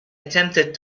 attempted